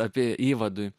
apie įvadui